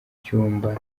cyumba